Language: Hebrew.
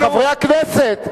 חברי הכנסת.